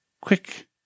quick